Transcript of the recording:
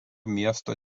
miesto